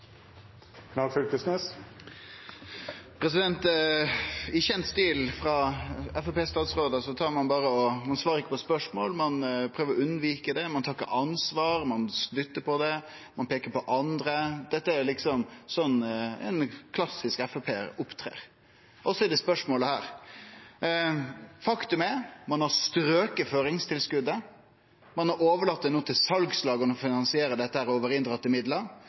ein ikkje på spørsmål, ein prøver å unngå det, ein tar ikkje ansvar, ein dyttar på det, ein peiker på andre. Det er liksom slik ein klassisk FrP-ar opptrer, også i dette spørsmålet. Faktum er at ein har stroke føringstilskotet, ein har no overlate det til salslaga å finansiere dette over inndratte midlar.